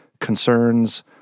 concerns